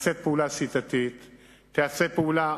ותיעשה פעולה